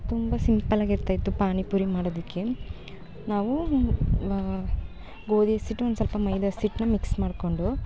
ತುಂಬ ಸಿಂಪಲ್ಲಾಗಿ ಇರ್ತಾಯಿತ್ತು ಪಾನಿಪುರಿ ಮಾಡೋದಕ್ಕೆ ನಾವು ಗೋಧಿ ಹಸಿಹಿಟ್ಟು ಒಂದು ಸ್ವಲ್ಪ ಮೈದಾ ಹಸಿಹಿಟ್ನ ಮಿಕ್ಸ್ ಮಾಡ್ಕೊಂಡು